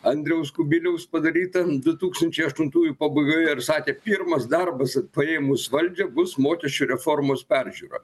andriaus kubiliaus padarytą du tūkstančiai aštuntųjų pabaigoje ir sakė pirmas darbas paėmus valdžią bus mokesčių reformos peržiūra